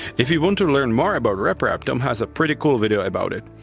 if you want to learn more about rep rap, tom has a pretty cool video about it.